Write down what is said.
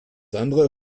andere